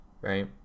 right